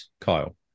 Kyle